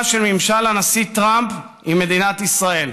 של ממשל הנשיא טראמפ עם מדינת ישראל,